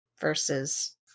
versus